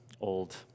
old